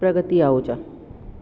Pragati Ahuja